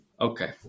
okay